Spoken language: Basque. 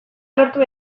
lortu